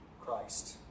Christ